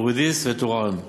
פוריידיס וטורעאן,